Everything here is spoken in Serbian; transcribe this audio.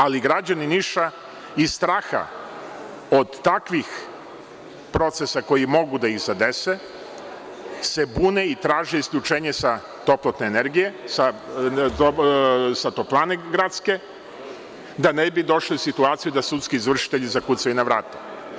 Ali, građani Niša iz straha od takvih procesa koji mogu da ih zadese, bune se i traže isključenje sa gradske toplane, da ne bi došli u situaciju da sudski izvršitelji kucaju na vrata.